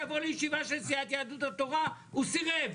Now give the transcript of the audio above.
שיבוא לישיבה של סיעת יהדות התורה - הוא סירב.